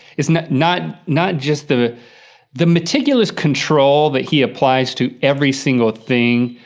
it's not not just the the meticulous control that he applies to every single thing,